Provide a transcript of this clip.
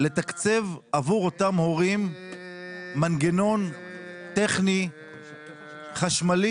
לתקצב עבור אותם הורים מנגנון טכני חשמלי